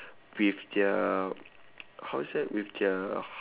with their how is that with their